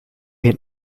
him